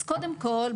אז קודם כל,